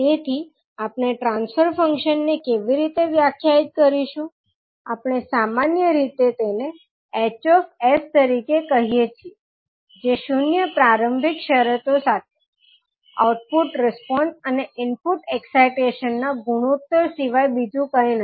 તેથી આપણે transfer function ને કેવી રીતે વ્યાખ્યાયિત કરીશું આપણે સામાન્ય રીતે તેને 𝐻 𝑠 તરીકે કહીએ છીએ જે શૂન્ય પ્રારંભિક શરતો સાથે આઉટપુટ રિસ્પોંસ અને ઇનપુટ એક્સાઈટેશન ના ગુણોત્તર સિવાય બીજૂ કંઈ નથી